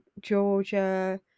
Georgia